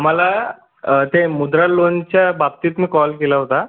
मला ते मुद्रा लोनच्या बाबतीत मी कॉल केला होता